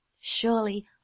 Surely